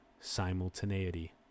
simultaneity